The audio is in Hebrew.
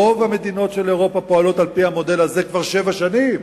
רוב מדינות אירופה פועלות על-פי המודל הזה כבר שבע שנים,